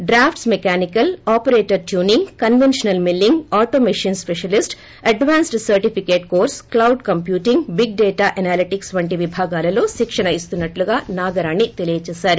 draught mechanical operator tuning కస్పెన్షయిల్ milling auto మెపిన్ specialist advanced certificate course cloud computing big data analytics వంటి విభాగాలలో శిక్షణ ఇస్తున్నట్లుగా నాగరాణి తెలియజేశారు